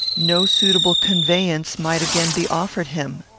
no suitable conveyance might again be offered him.